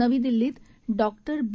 नवी दिल्लीत डॉक्टर बी